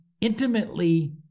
intimately